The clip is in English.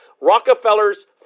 rockefeller's